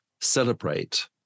celebrate